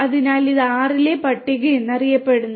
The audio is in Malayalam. അതിനാൽ ഇത് R ലെ പട്ടിക എന്നറിയപ്പെടുന്നു